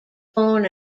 born